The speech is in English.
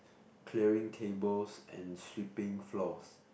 clearing tables and sweeping floors